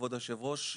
כבוד היושב-ראש,